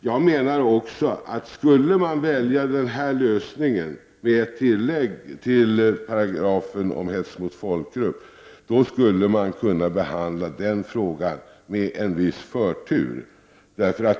Jag menar också att skulle man välja lösningen med ett tillägg till paragrafen om hets mot folkgrupp, skulle man kunna behandla den frågan med en viss förtur.